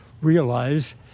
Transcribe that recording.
realize